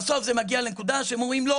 בסוף זה מגיע לנקודה שהם אומרים "לא"